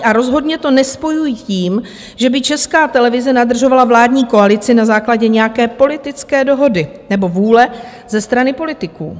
A rozhodně to nespojují s tím, že by Česká televize nadržovala vládní koalici na základě nějaké politické dohody nebo vůle ze strany politiků.